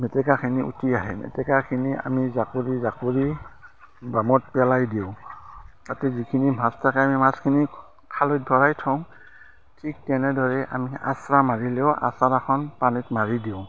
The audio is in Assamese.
মেটেকাখিনি উটি আহে মেটেকাখিনি আমি জাকৰি জাকৰি বামত পেলাই দিওঁ তাতে যিখিনি মাছ থাকে আমি মাছখিনি খালৈত ভৰাই থওঁ ঠিক তেনেদৰে আমি আচৰা মাৰিলেও আচৰাখন পানীত মাৰি দিওঁ